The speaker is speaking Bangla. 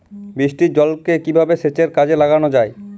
বৃষ্টির জলকে কিভাবে সেচের কাজে লাগানো য়ায়?